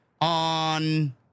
on